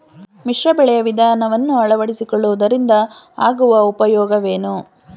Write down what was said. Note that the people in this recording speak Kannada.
ಮಿಶ್ರ ಬೆಳೆಯ ವಿಧಾನವನ್ನು ಆಳವಡಿಸಿಕೊಳ್ಳುವುದರಿಂದ ಆಗುವ ಉಪಯೋಗವೇನು?